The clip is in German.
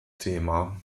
thema